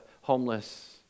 homeless